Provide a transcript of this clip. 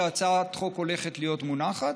שהצעת חוק הולכת להיות מונחת.